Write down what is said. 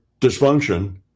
dysfunction